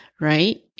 right